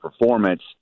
performance